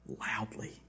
loudly